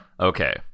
Okay